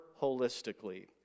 holistically